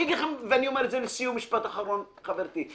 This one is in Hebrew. ואני אומר לסיום, משפט אחרון, חברתי.